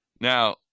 Now